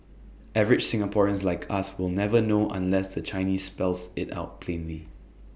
average Singaporeans like us will never know unless the Chinese spells IT out plainly